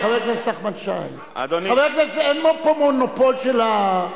חבר הכנסת נחמן שי, אין פה מונופול של האופוזיציה.